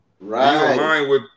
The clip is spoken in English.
Right